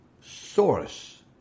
source